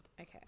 Okay